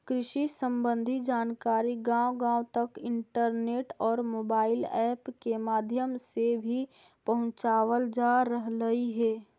कृषि संबंधी जानकारी गांव गांव तक इंटरनेट और मोबाइल ऐप के माध्यम से भी पहुंचावल जा रहलई हे